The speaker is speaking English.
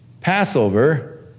Passover